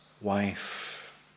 wife